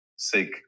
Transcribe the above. sick